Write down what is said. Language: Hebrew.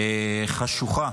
חבר הכנסת שטרן,